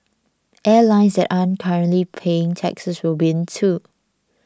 airlines that aren't currently paying taxes will win too